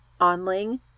Onling